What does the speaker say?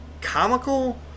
comical